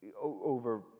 over